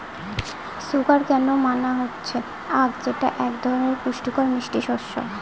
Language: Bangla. সুগার কেন মানে হচ্ছে আঁখ যেটা এক ধরনের পুষ্টিকর মিষ্টি শস্য